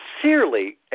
sincerely